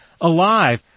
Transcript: alive